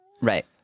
Right